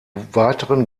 weiteren